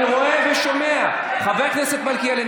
אני רואה ושומע, חבר הכנסת מלכיאלי.